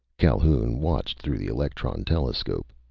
calhoun watched through the electron telescope.